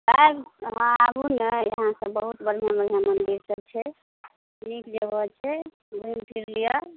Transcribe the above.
आयब आबू ने यहाँ बहुत बढ़िऑं बढ़िऑं मन्दिर सब छै नीक जगह छै घुमि फिर लिअ